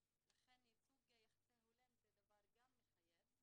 לכן ייצוג יחסי הולם הוא דבר מחייב.